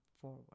forward